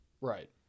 right